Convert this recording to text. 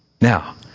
Now